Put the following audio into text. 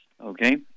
okay